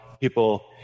people